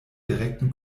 direkten